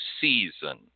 season